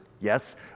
yes